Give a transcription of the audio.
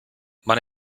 man